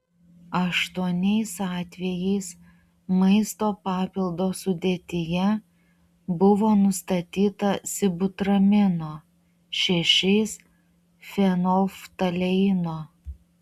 aštuoniais atvejais maisto papildo sudėtyje buvo nustatyta sibutramino šešiais fenolftaleino